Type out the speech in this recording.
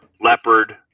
Leopard